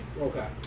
Okay